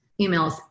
Emails